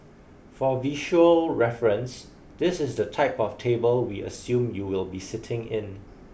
for visual reference this is the type of table we assume you will be sitting in